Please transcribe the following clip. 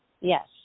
Yes